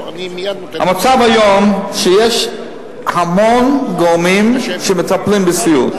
המצב היום הוא שיש המון גורמים שמטפלים בסיעוד.